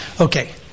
Okay